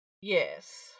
Yes